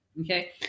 Okay